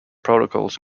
protocols